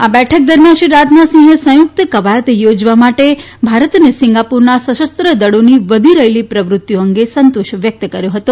આ બેઠક દરમિયાન શ્રી રાજનાથસિંહે સંયુકત કવાયત યોજવા માટે ભારત અને સિંગાપુરના સશસ્ત્ર દળોની વધી રહેલી પ્રવૃતિઓ અંગે સંતોષ વ્યકત કર્યો હતો